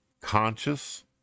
conscious